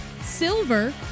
silver